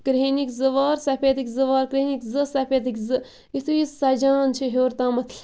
کرہنِک زٕ وار سفیدٕکۍ زٕ وار کرہنِک زٕ وار زٕ سَفیدٕکۍ زٕ یُتھُے سَجان چھ ہیوٚر تامَتھ